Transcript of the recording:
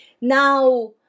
now